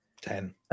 ten